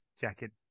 jacket